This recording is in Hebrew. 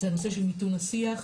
הנושא של מיתון השיח,